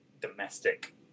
domestic